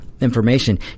information